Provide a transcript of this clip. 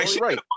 Right